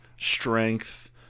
strength